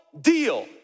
deal